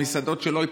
על מסעדות שלא ייפתחו.